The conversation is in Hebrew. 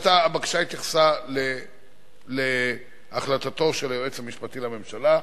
הבקשה התייחסה להחלטתו של היועץ המשפטי לממשלה.